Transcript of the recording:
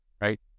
right